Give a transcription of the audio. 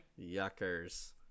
Yuckers